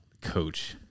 coach